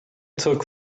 took